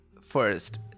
first